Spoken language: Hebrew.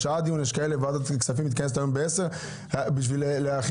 ועדת הכספים מתכנסת ביום בשעה 10:00 כדי להכין